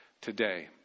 today